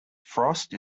frost